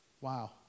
Wow